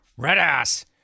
Redass